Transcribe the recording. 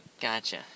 Gotcha